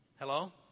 Hello